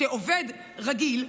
שעובד רגיל,